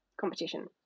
competition